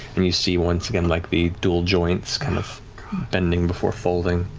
and you see, once again, like the dual joints kind of bending before folding.